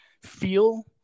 feel